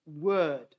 word